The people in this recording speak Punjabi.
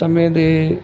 ਸਮੇਂ ਦੇ